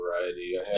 variety